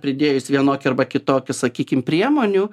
pridėjus vienokį arba kitokį sakykim priemonių